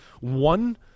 one